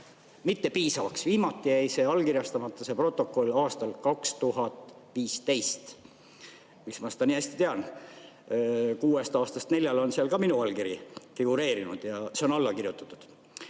mittepiisavaks. Viimati jäi allkirjastamata see protokoll aastal 2015.Miks ma seda nii hästi tean? Kuuest aastast neljal on seal ka minu allkiri figureerinud ja see on alla kirjutatud.